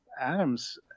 Adams